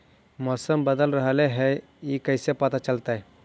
मौसम बदल रहले हे इ कैसे पता चलतै?